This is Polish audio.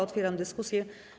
Otwieram dyskusję.